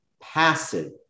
passive